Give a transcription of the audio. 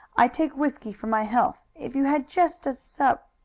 i take whisky for my health, if you had just a sup